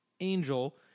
Angel